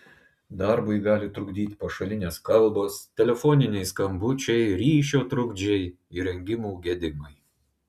darbui gali trukdyti pašalinės kalbos telefoniniai skambučiai ryšio trukdžiai įrengimų gedimai